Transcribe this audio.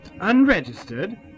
Unregistered